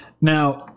Now